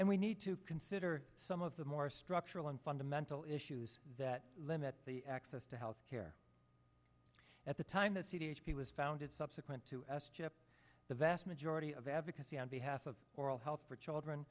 and we need to consider some of the more structural the fundamental issues that limit the access to health care at the time that c h p was founded subsequent to s chip the vast majority of advocacy on behalf of oral health for children